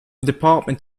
department